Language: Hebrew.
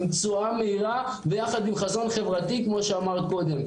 עם תשואה מהירה ביחד עם חזון חברתי כמו שאמרת קודם.